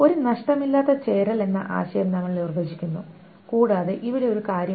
ഒരു നഷ്ടമില്ലാത്ത ചേരൽ എന്ന ആശയം നമ്മൾ നിർവ്വചിക്കുന്നു കൂടാതെ ഇവിടെ ഒരു കാര്യം ഉണ്ട്